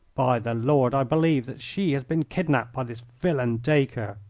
by the lord, i believe that she has been kidnapped by this villain dacre.